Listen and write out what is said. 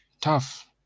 tough